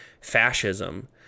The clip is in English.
fascism